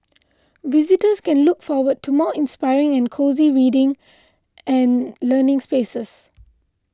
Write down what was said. visitors can look forward to more inspiring and cosy reading and learning spaces